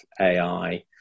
ai